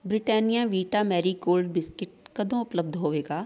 Britannia Vita Marie Gold biscuit ਕਦੋਂ ਉਪਲਬਧ ਹੋਵੇਗਾ